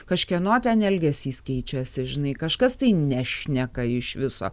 kažkieno ten elgesys keičiasi žinai kažkas tai nešneka iš viso